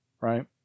right